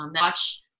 Watch